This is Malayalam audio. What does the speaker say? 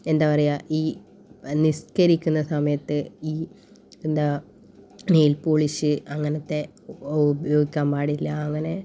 എന്താ പറയാ ഈ നിസ്കരിക്കുന്ന സമയത്ത് ഈ എന്താ നെയിൽ പോളിഷ് അങ്ങനത്തെ ഓ ഉപയോഗിക്കാൻ പാടില്ല അങ്ങനെ